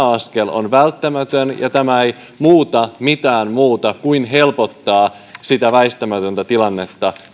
askel on välttämätön ja tämä ei muuta mitään muuten kuin helpottaa sitä väistämätöntä tilannetta